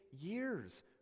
years